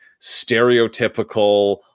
stereotypical